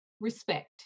respect